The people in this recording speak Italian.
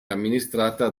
amministrata